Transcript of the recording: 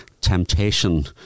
temptation